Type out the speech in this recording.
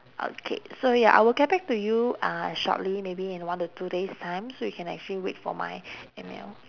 okay so ya I will get back to you uh shortly maybe in one to two days time so you can actually wait for my email